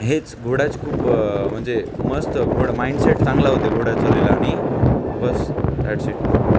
हेच घोडाचे खूप म्हणजे मस्त घोडा माइंडसेट चांगला होतेय घोडा चालवलेला आणि बस दॅटस् इट